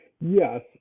Yes